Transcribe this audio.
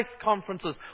conferences